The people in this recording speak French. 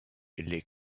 les